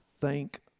thank